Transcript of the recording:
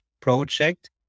project